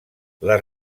les